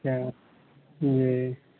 अच्छा जी